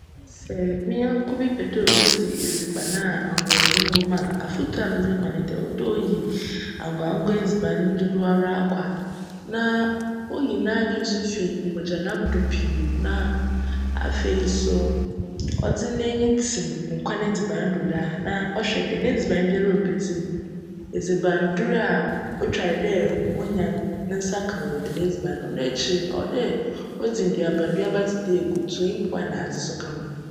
Sj me nyjnko bi pj dj odzi edziban a ahocdzen wc mu a, afotu a medze bjma no nye dj, cwc dj oyi angoa angoa edziban dodowara akwa na oyi n'adwen so fi mbogya nam do pii na afei so cdze n'enyi tsim nkwan edziban do daa na chwj dj n'edziban biara obedzi no, edziban dur a otwar dj onya no, ne nsa ka wc djm edziban no mu. Cno ekyir no, cwc dj odzi nduaba nduaba bi tse dj mpuwa na ekutu so ka ho.